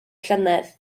llynedd